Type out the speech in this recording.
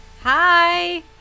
Hi